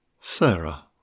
Sarah